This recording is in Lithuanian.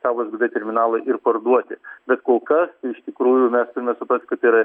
savo sgd terminalą ir parduoti bet kol kas tai iš tikrųjų mes turime suprasti kad tai yra